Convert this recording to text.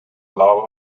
love